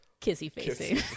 kissy-facing